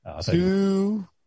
Two